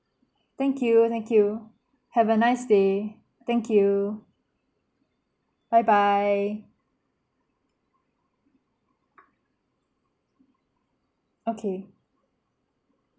thank you thank you have a nice day thank you bye bye okay